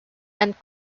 and